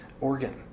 organ